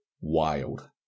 wild